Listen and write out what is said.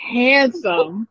handsome